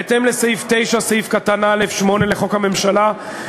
בהתאם לסעיף 9(א)(8) לחוק הממשלה,